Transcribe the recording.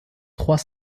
trois